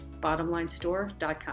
BottomLineStore.com